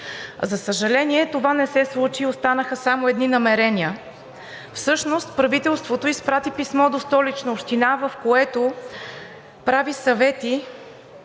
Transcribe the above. За съжаление, това не се случи и останаха само едни намерения. Всъщност правителството изпрати писмо до Столична община, в което дава съвети